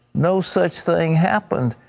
no such thing happened.